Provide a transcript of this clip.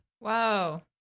Wow